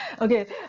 okay